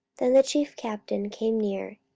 then the chief captain came near,